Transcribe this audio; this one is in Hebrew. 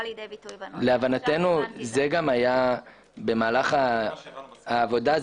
להבנתנו זה גם היה במהלך העבודה,